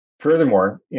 Furthermore